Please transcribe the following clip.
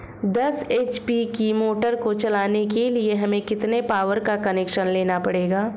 दस एच.पी की मोटर को चलाने के लिए हमें कितने पावर का कनेक्शन लेना पड़ेगा?